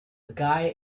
guy